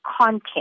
content